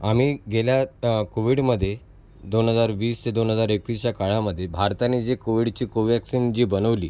आम्ही गेल्या कोव्हिडमध्ये दोन हजार वीस ते दोन हजार एकवीसच्या काळामध्ये भारताने जे कोविडची कोवॅक्सिन जी बनवली